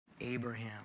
Abraham